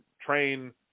train